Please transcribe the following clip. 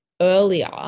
earlier